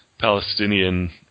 Palestinian